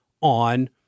on